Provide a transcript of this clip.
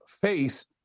face